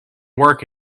work